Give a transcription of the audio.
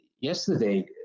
yesterday